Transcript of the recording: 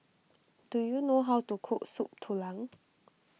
do you know how to cook Soup Tulang